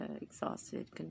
exhausted